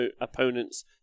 opponent's